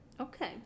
Okay